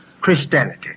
Christianity